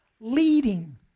leading